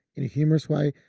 in a humorous way,